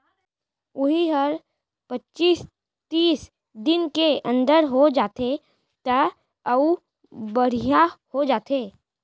उही हर पचीस तीस दिन के अंदर हो जाथे त अउ बड़िहा हो जाथे